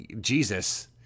Jesus